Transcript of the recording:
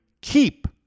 keep